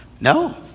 No